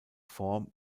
form